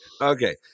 Okay